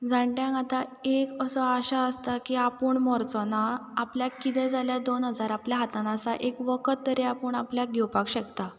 जाण्ट्यांक आतां एक असो आशा आसता की आपूण मरचो ना आपल्याक कितें जाल्यार दोन हजार आपल्या हातान आसा एक वखद तरी आपूण आपल्याक घेवपाक शकता